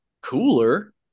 cooler